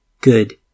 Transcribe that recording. good